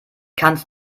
kannst